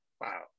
wow